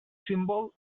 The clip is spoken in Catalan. símbol